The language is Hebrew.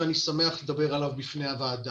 ואני שמח לדבר עליו בפני הוועדה.